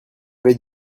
vais